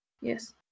Yes